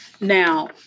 Now